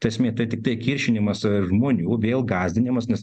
tai esmė tai tiktai kiršinimas žmonių vėl gąsdinimas nes